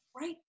right